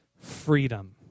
freedom